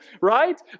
right